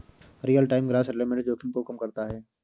real time gross settlement जोखिम को कम करता है